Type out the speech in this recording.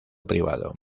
privado